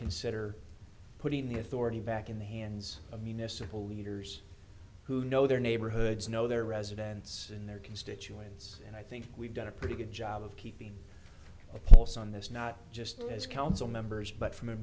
consider putting the authority back in the hands of municipal leaders who know their neighborhoods know their residents in their constituents and i think we've done a pretty good job of keeping a pulse on this not just as council members but from a